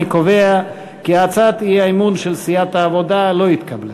אני קובע כי הצעת האי-אמון של סיעת העבודה לא התקבלה.